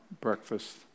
breakfast